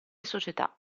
società